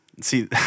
See